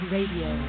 Radio